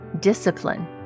Discipline